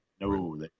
No